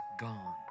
gone